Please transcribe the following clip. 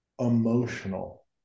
emotional